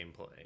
gameplay